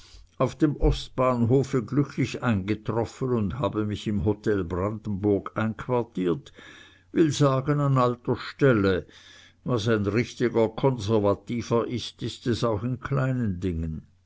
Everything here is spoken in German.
auf dem ostbahnhofe glücklich eingetroffen und habe mich in hotel brandenburg einquartiert will sagen an alter stelle was ein richtiger konservativer ist ist es auch in kleinen dingen